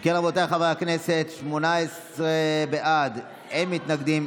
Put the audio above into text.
אם כן, רבותיי חברי הכנסת, 18 בעד, אין מתנגדים,